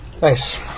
Nice